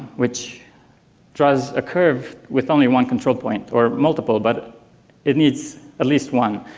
which draws a curve with only one control point or multiple, but it needs at least one.